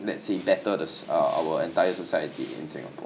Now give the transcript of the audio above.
let's say better the uh our entire society in singapore